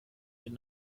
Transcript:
den